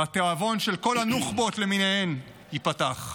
והתיאבון של כל הנוח'בות למיניהן ייפתח.